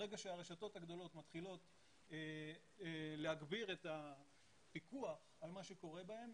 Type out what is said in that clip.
ברגע שהרשתות הגדולות מתחילות להגביר את הפיקוח על מה שקורה בהן,